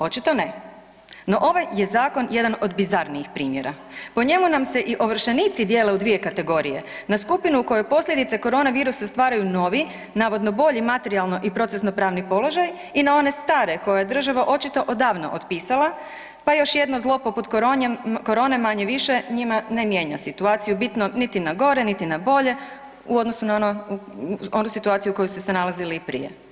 Očito ne, no ovaj je zakon jedan od bizarnijih primjera, po njemu nam se i ovršenici dijele u dvije kategorije, na skupinu u kojoj posljedice korona virusa stvaraju novi navodno bolji materijalno i procesno-pravni položaj i na one stare koje je država očito odavno otpisala pa još jedno zlo poput korone manje-više njima ne mijenja situaciju, bitno niti na gore, niti na bolje u odnosu na onu situaciju u kojoj su se nalazili i prije.